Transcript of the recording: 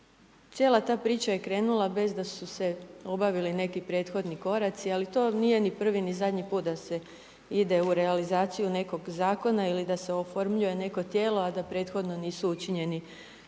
cijela ta priča je krenula bez da su se obavili neki prethodni koraci ali to nije ni prvi ni zadnji put da se ide u realizaciju nekog zakona ili da se oformljuje neko tijelo a da prethodno nisu učinjeni